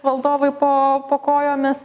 valdovui po po kojomis